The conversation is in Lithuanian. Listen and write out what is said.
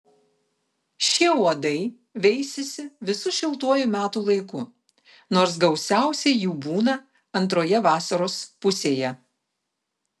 šie uodai veisiasi visu šiltuoju metų laiku nors gausiausiai jų būna antroje vasaros pusėje